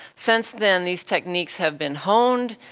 since then these techniques have been honed,